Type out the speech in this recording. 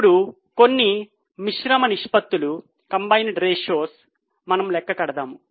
ఇప్పుడు కొన్ని మిశ్రమ నిష్పత్తులు మనం లెక్క కడతాము